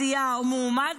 סיעה או מועמד,